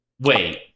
Wait